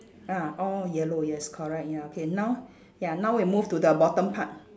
ah all yellow yes correct ya okay now ya now we move to the bottom part